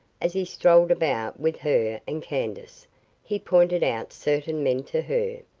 as he strolled about with her and candace he pointed out certain men to her,